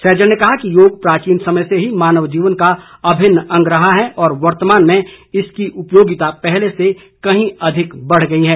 सहजल ने कहा कि योग प्राचीन समय से ही मानव जीवन का अभिन्न अंग रहा है और वर्तमान में इसकी उपयोगिता पहले से कहीं अधिक बढ़ गई है